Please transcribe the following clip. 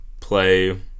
play